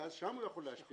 ואז שם הוא יכול להשפיע.